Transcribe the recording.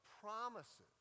promises